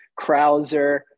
Krauser